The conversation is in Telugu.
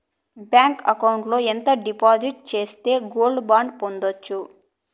బ్యాంకు అకౌంట్ లో ఎంత డిపాజిట్లు సేస్తే గోల్డ్ బాండు పొందొచ్చు?